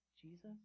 Jesus